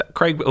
Craig